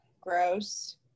Gross